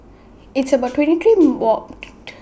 It's about twenty